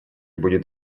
будет